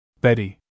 Betty